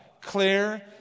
clear